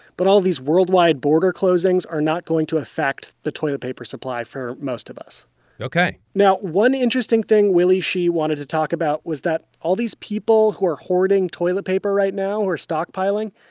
but all these worldwide border closings are not going to affect the toilet paper supply for most of us ok now, one interesting thing willy shih wanted to talk about was that all these people who are hoarding toilet paper right now, who are stockpiling,